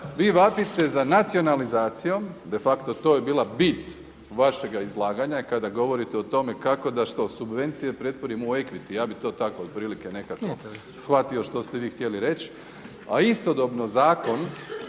Vi vapite za nacionalizacijom, de facto to je bila bit vašega izlaganja kada govorite o tome kako da subvencije pretvorimo u equity. Ja bih to tako nekako shvatio što ste vi htjeli reći, a istodobno zakon